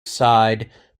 side